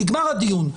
נגמר הדיון,